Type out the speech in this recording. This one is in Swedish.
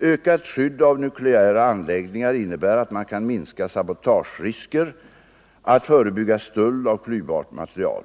Ökat skydd av nukleära anläggningar innebär att man kan minska sabotagerisker och förebygga stöld av klyvbart material.